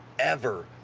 ever,